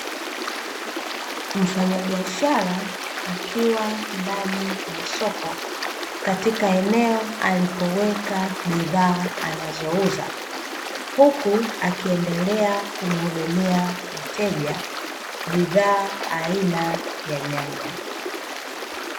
Mfanyabishara akiwa ndani ya soko, katika eneo alipoweka bidhaa anazouza, huku akiendelea kumhudumia mteja bidhaa aina ya nyanya.